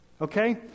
okay